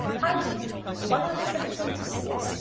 i did, while he listened attentively.